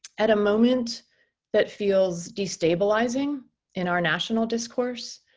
at a moment that feels destabilizing in our national discourse,